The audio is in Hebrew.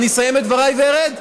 אני אסיים את דבריי וארד.